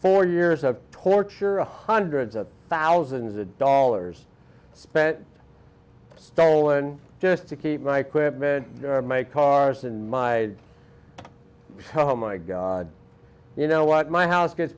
four years of torture and hundreds of thousands of dollars spent stolen just to keep my quit men make cars in my home my god you know what my house gets